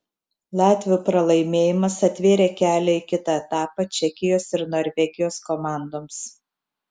latvių pralaimėjimas atvėrė kelią į kitą etapą čekijos ir norvegijos komandoms